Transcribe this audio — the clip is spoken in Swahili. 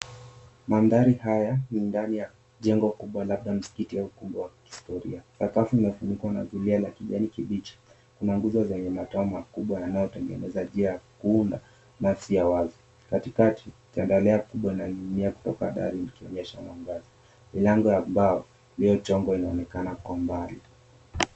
Mandhari haya ni ndani ya jengo kubwa labda msikiti au jengo la kihistoria. Sakafu imefunikwa na zulia ya kijanikibichi. Kuna nguzo zenye matao makubwa yanayotengeneza njia ya kuunda nafasi ya wazi. Katikati, chandalia kubwa inaning'inia kutoka kwenye dari. Milango ya mbao iliyochongwa inaonekana kwa umbali.